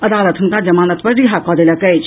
अदालत हुनका जमानत पर रिहा दऽ देलक अछि